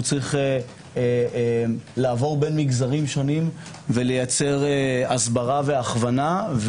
צריך לעבור בין מגזרים שונים ולייצר הסברה והכוונה.